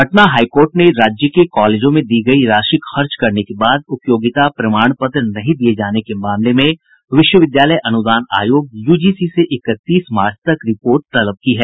Patna high court ने राज्य के कॉलेजों में दी गयी राशि खर्च करने के बाद उपयोगिता प्रमाण पत्र नहीं दिये जाने के मामले में विश्वविद्यालय अनुदान आयोग से इकतीस मार्च तक रिपोर्ट तलब की है